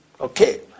Okay